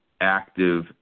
active